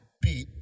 beat